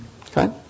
okay